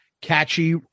catchy